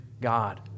God